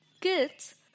Kids